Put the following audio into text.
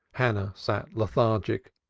hannah sat lethargic,